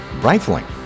rifling